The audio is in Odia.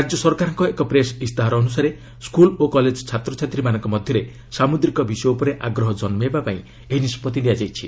ରାଜ୍ୟ ସରକାରଙ୍କ ଏକ ପ୍ରେସ୍ ଇସ୍ତାହାର ଅନୁସାରେ ସ୍କୁଲ୍ ଓ କଲେଜ୍ ଛାତ୍ରଛାତ୍ରୀମାନଙ୍କ ମଧ୍ୟରେ ସାମୁଦ୍ରିକ ବିଷୟ ଉପରେ ଆଗ୍ରହ ଜନ୍ନାଇବାପାଇଁ ଏହି ନିଷ୍ପଭି ନିଆଯାଇଛି